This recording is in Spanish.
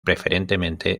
preferentemente